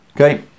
Okay